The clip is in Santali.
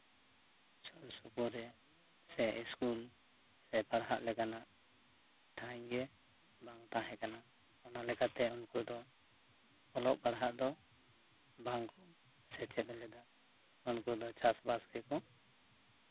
ᱥᱩᱨ ᱥᱩᱯᱩᱨ ᱨᱮ ᱥᱮ ᱤᱥᱠᱩᱞ ᱥᱮ ᱯᱟᱲᱦᱟᱜ ᱞᱮᱠᱟᱱᱟᱜ ᱴᱷᱟᱸᱭ ᱜᱮ ᱵᱟᱝ ᱛᱟᱦᱮᱸ ᱠᱟᱱᱟ ᱚᱱᱟ ᱞᱮᱠᱟᱛᱮ ᱩᱱᱠᱩ ᱫᱚ ᱚᱞᱚᱜ ᱯᱟᱲᱦᱟᱜ ᱫᱚ ᱵᱟᱝ ᱠᱚ ᱪᱮᱫ ᱞᱮᱫᱟ ᱩᱱᱠᱩ ᱫᱚ ᱪᱟᱥᱼᱵᱟᱥ ᱜᱮᱠᱚ